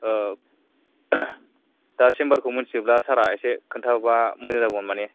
दा सेम्बार खौ मिनथियोब्ला सार आ इसे खोन्थाहरबा मोजां जागौमोन माने